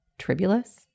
tribulus